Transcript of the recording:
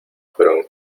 fueron